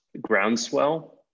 Groundswell